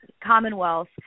commonwealth